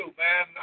man